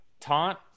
Taunt